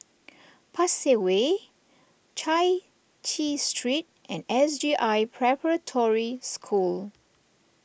Pasir Way Chai Chee Street and S J I Preparatory School